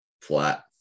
flat